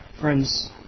Friends